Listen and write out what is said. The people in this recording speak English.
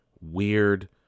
weird